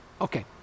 Okay